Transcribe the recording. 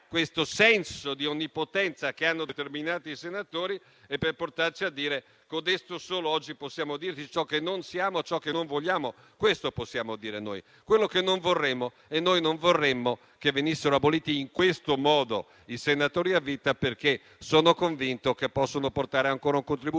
il senso di onnipotenza che hanno certi senatori per portarci a dire, con il poeta: «Codesto solo oggi possiamo dirti, ciò che non siamo, ciò che non vogliamo». Questo possiamo dire: quello che non vorremmo e noi non vorremmo che venissero aboliti in questo modo i senatori a vita, perché sono convinto che possano portare ancora un contributo